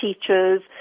teachers